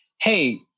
hey